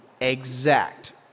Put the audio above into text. exact